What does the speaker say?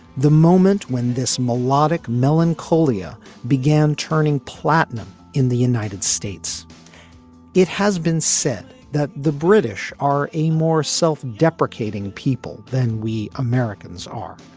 the moment when this melodic melancholia began turning platinum in the united states it has been said that the british are a more self-deprecating people than we americans are.